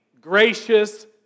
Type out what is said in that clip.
gracious